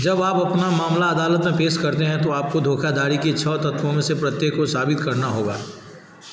जब आप अपना मामला अदालत में पेश करते हैं तो आपको धोखाधड़ी के छः तत्वों में से प्रत्येक को साबित करना होगा